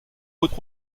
routes